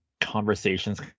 conversations